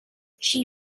she